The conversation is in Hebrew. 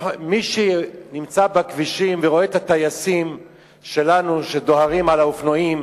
מי שנמצא בכבישים ורואה את הטייסים שלנו שדוהרים על האופנועים